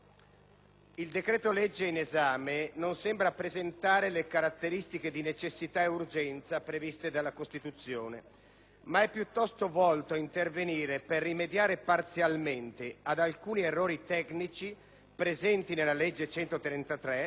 Il decreto-legge n. 180 non sembra presentare le caratteristiche di necessità e di urgenza previste dalla Costituzione, ma è piuttosto volto ad intervenire per rimediare parzialmente ad alcuni errori tecnici, presenti nella legge n. 133,